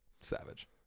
Savage